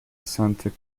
sainte